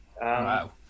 Wow